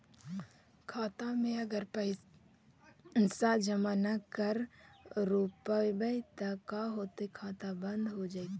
खाता मे अगर पैसा जमा न कर रोपबै त का होतै खाता बन्द हो जैतै?